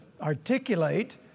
articulate